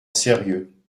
sérieux